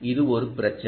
இது ஒரு பிரச்சினை